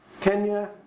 Kenya